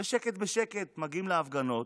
בשקט-בשקט מגיעים להפגנות,